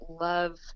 love